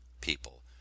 people